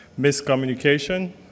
miscommunication